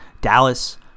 Dallas